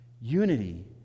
unity